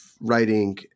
writing